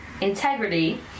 integrity